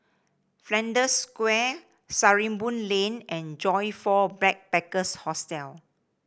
Flanders Square Sarimbun Lane and Joyfor Backpackers' Hostel